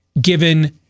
given